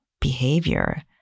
behavior